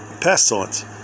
pestilence